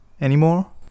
anymore